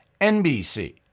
NBC